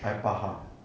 I faham